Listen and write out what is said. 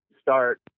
start